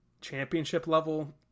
championship-level